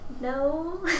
No